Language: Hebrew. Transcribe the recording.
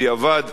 בדיעבד,